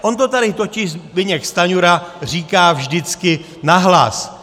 On to tady totiž Zbyněk Stanjura říká vždycky nahlas.